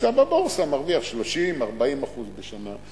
כשבבורסה אתה מרוויח 30%, 40% בשנה?